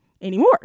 anymore